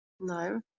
No